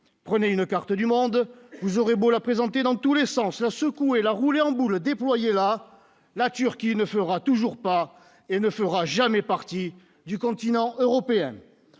prenez une carte du monde, vous aurez beau la présenter dans tous les sens, a secoué la roulé en boule déployées là, la Turquie ne fera toujours pas et ne fera jamais partie du continent européen,